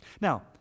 Now